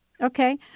Okay